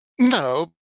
No